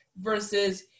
versus